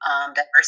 diversity